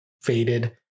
faded